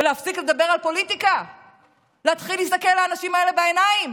להפסיק לדבר על פוליטיקה ולהתחיל להסתכל לאנשים האלה בעיניים,